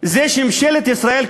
זה שממשלת ישראל,